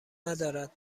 ندارد